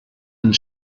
and